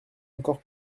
encore